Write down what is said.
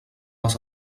les